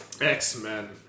X-Men